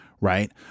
right